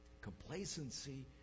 Complacency